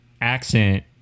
accent